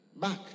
back